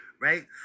right